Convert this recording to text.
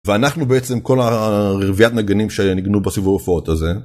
ואנחנו בעצם כל הרביעיית נגנים שניגנו בסיבוב הופעות הזה.